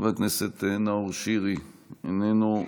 חבר הכנסת נאור שירי, איננו,